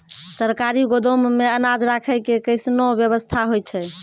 सरकारी गोदाम मे अनाज राखै के कैसनौ वयवस्था होय छै?